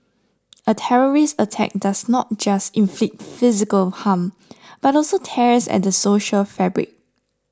a terrorist attack does not just inflict physical harm but also tears at the social fabric